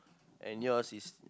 and yours is